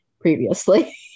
previously